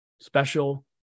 Special